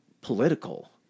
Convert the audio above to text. political